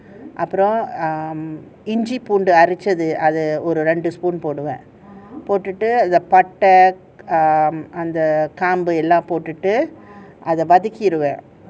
அப்புறம்:appuram um இஞ்சி பூண்டு அரச்சது ரெண்டு மூணு:inji poondu arachchathu rendu moonu spoon போடுவேன்:poduven um பட்ட அந்த கிராம்பு எல்லாம்போட்டு வதக்கிருவேன்:patta antha kiraambu ellam poattu vathakkuven